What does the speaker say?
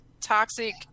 toxic